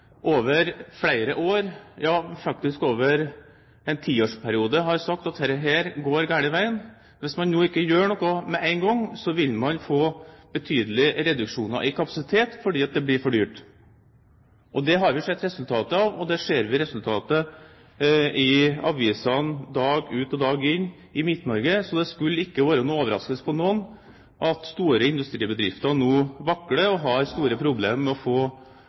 over flere år – ja, faktisk over en tiårsperiode – har sagt at dette går den gale veien. Hvis man ikke gjør noe med én gang, vil man få betydelig reduksjon i kapasitet, fordi det blir for dyrt. Det har vi sett resultatet av, og det ser vi i avisene i Midt-Norge dag ut og dag inn. Så det skulle ikke være noen overraskelse for noen at store industribedrifter nå vakler og har store problemer med å